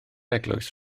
eglwys